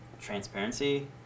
transparency